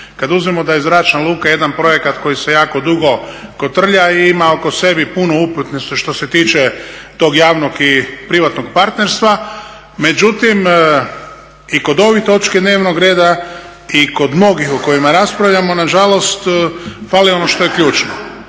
Kad uzmemo da je zračna luka jedan projekat koji se jako dugo kotrlja i ima oko sebe puno … što se tiče tog javnog i privatnog partnerstva, međutim i kod ovih točki dnevnog reda i kod mnogih o kojima raspravljamo nažalost fali ono što je ključno,